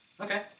Okay